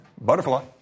Butterfly